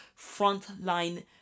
frontline